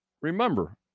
remember